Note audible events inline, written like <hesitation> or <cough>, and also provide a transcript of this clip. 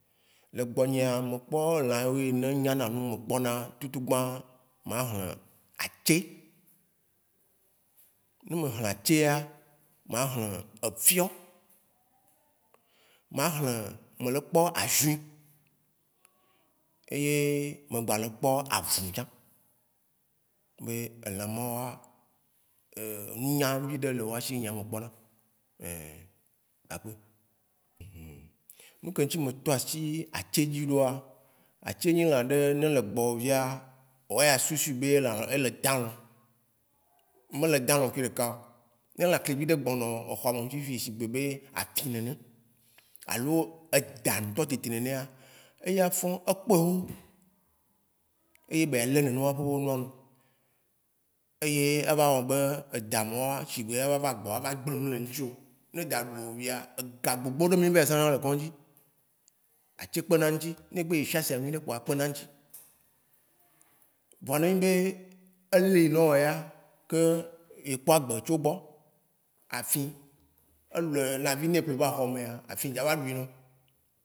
Le gbɔ nyea me kpɔ lã woyine nyana nu me kpɔna tutu gbã, mahle atse, ne me hle atsea, mahle efiɔ̃, mahle me le kpɔ azuĩ eye me gba le kpɔ avũ tsã. Be elã ma woa <hesitation> ŋunyã viɖe le waʃí nya me kpɔna <hesitation> akpe. <hesitation> Ŋketi me tɔ aʃí atse dzi ɖoa, atse nyĩ lã ɖe, ne ele gbɔ wo via, woya susu be lã ele dalɔ̃, me le dalɔ̃ kui ɖekao. Ne lãkli vi ɖe gbɔnɔ ehɔme fifi ʃigbe be afi nene alo edã ŋtɔ tete nenea, eya fɔ̃, ekpɔe hóhó. Eye be ya le nene ma ƒe nua nu. Eye ava wɔ be edã ma woa ʃigbe ava va gbɔ wo ava gble nu le ŋtsi wo. Ne edã ɖu wo via ega gbogbo ɖe mí va yi zãna le kɔ̃dzi. Atsi kpena ŋtsi, ne egbe yi chasse a nyuiɖeKpoa e kpena ŋtsi. Vɔa ne enyi be elee nɔwo ya ke ekpɔ agbe tso gbɔ. Afi, elɔe lãvi ne ƒle va hɔmea afi dza va ɖui nɔo.